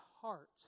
heart